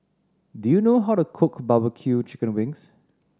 do you know how to cook bbq chicken wings